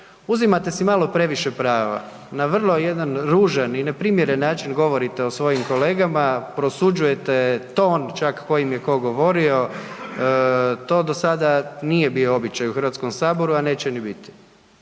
uzimate si malo previše prava na vrlo jedan ružan i neprimjeren način govorite o svojim kolegama, prosuđujete ton čak kojim je ko govorio, to do sada nije bio običaj u Hrvatskom saboru a neće ni biti